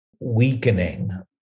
weakening